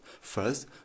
First